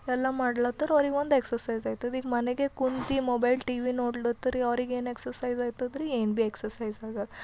ಎಲ್ಲ ಮಾಡ್ಲಾತ್ತಾರ ಅವ್ರಿಗೆ ಒಂದು ಎಕ್ಸರ್ಸೈಸ್ ಆಯ್ತದ ಈಗ ಮನೆಗೆ ಕುಂತು ಟಿವಿ ಮೊಬೈಲ್ ನೋಡ್ಲಾತ್ತಾರ ಅವ್ರಿಗೆ ಏನು ಎಕ್ಸರ್ಸೈಸ್ ಆಯ್ತದ್ರಿ ಏನು ಭೀ ಎಕ್ಸರ್ಸೈಸ್ ಆಗಲ್ಲ